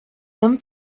them